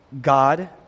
God